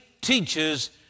teaches